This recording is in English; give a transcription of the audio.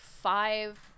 five